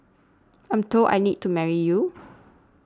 I'm told I need to marry you